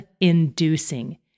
inducing